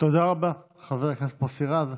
תודה רבה, חבר הכנסת מוסי רז.